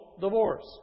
divorce